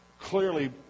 clearly